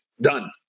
done